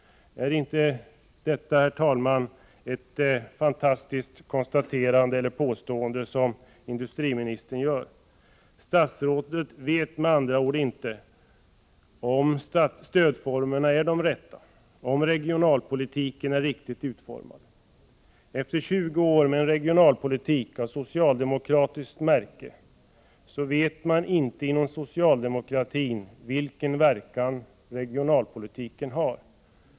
Är inte detta, herr talman, ett fantastiskt påstående som industriministern gör? Statsrådet vet med andra ord inte om stödformerna är de rätta, om regionalpolitiken är riktigt utformad. Efter 20 år med en regionalpolitik av socialdemokratiskt märke vet man inte inom socialdemokratin vilken verkan regionalpolitiken har.